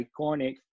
iconic